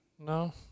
No